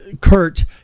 Kurt